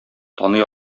таный